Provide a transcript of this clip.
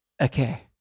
okay